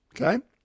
Okay